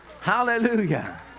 Hallelujah